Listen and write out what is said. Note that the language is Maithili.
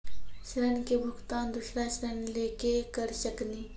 ऋण के भुगतान दूसरा ऋण लेके करऽ सकनी?